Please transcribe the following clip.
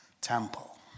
temple